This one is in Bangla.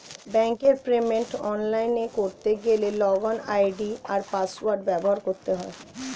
ব্যাঙ্কের পেমেন্ট অনলাইনে করতে গেলে লগইন আই.ডি আর পাসওয়ার্ড ব্যবহার করতে হয়